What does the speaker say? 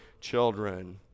children